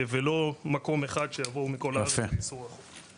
ולא מקום אחד שמכל הארץ וייסעו רחוק.